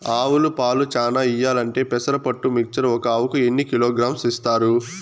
ఆవులు పాలు చానా ఇయ్యాలంటే పెసర పొట్టు మిక్చర్ ఒక ఆవుకు ఎన్ని కిలోగ్రామ్స్ ఇస్తారు?